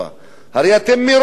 הרי מראש אתם אומרים,